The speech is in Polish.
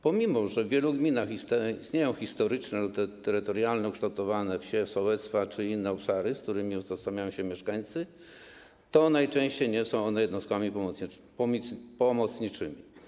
Pomimo że w wielu gminach istnieją historycznie lub terytorialnie ukształtowane wsie, sołectwa czy inne obszary, z którymi utożsamiają się mieszkańcy, to najczęściej nie są one jednostkami pomocniczymi.